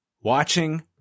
watching –